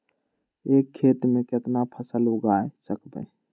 एक खेत मे केतना फसल उगाय सकबै?